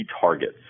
targets